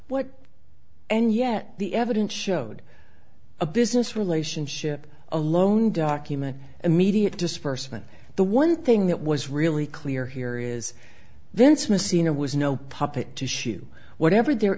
what and yet the evidence showed a business relationship alone document immediate disbursement the one thing that was really clear here is then it's messina was no puppet tissue whatever their